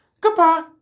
Goodbye